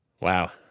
Wow